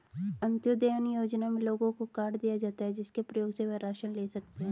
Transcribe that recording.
अंत्योदय अन्न योजना में लोगों को कार्ड दिए जाता है, जिसके प्रयोग से वह राशन ले सकते है